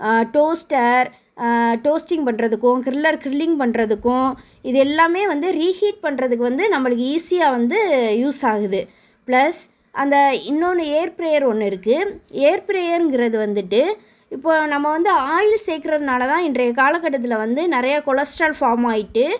toaster toasting பண்ணுறதுக்கும் griller grilling பண்ணுறதுக்கும் இது எல்லாமே வந்து ரீஹீட் பண்ணுறதுக்கு வந்து நம்மளுக்கு ஈஸியாக வந்து யூஸ் ஆகுது ப்ளஸ் அந்த இன்னொன்று ஏர் ப்ரேயர் ஒன்று இருக்குது ஏர் ப்ரேயருங்கிறது வந்துட்டு இப்போ நம்ம வந்து ஆயில் சேர்க்குறதுனால தான் இன்றைய காலக்கட்டத்தில் வந்து நிறைய கொலஸ்ட்ரால் ஃபார்ம் ஆகிட்டு